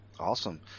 Awesome